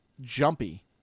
jumpy